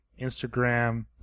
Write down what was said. Instagram